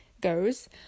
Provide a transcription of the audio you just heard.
goes